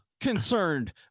concerned